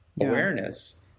awareness